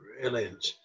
Brilliant